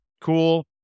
Cool